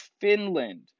Finland